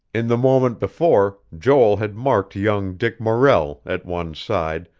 in the moment before, joel had marked young dick morrell, at one side,